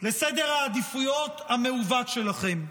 לסדר העדיפויות המעוות שלכם.